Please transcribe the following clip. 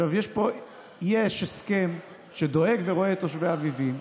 יש הסכם שדואג ורואה את תושבי אביבים,